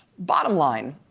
bottom line,